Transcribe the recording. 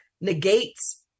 negates